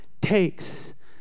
takes